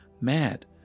mad